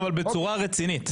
אבל בצורה רצינית.